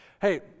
Hey